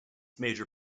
major